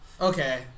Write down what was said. Okay